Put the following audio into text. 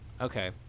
Okay